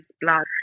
Blood